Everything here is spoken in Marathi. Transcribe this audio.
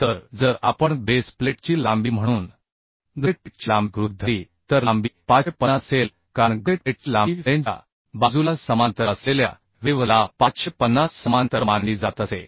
तर जर आपण बेस प्लेटची लांबी म्हणून गसेट प्लेटची लांबी गृहीत धरली तर लांबी 550 असेल कारण गसेट प्लेटची लांबी फ्लेंजच्या बाजूला समांतर असलेल्या वेव्ह ला 550 समांतर मानली जात असे